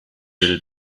will